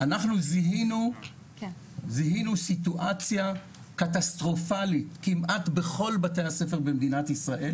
זיהינו סיטואציה קטסטרופלית כמעט בכל בתי הספר במדינת ישראל